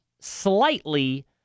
slightly